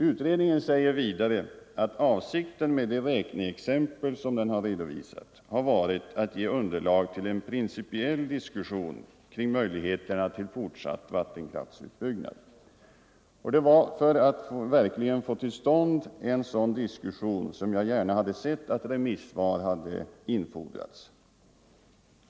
Utredningen säger vidare att avsikten med de räkneexempel som den har redovisat har varit att ge underlag för en principiell diskussion kring möjligheterna till fortsatt vattenkraftsutbyggnad. Och det var för att verkligen få till stånd en sådan diskussion som jag gärna hade sett att remissvar hade infordrats.